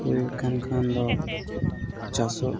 ᱦᱩᱭᱩᱜ ᱠᱟᱱ ᱠᱷᱟᱱ ᱫᱚ ᱪᱟᱥᱚᱜ